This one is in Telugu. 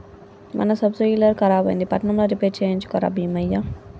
మన సబ్సోయిలర్ ఖరాబైంది పట్నంల రిపేర్ చేయించుక రా బీమయ్య